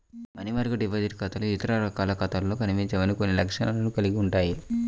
money market deposit ఖాతాలు ఇతర రకాల ఖాతాలలో కనిపించని కొన్ని లక్షణాలను కలిగి ఉంటాయి